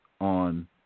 on